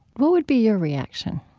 what would be your reaction?